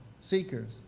Seekers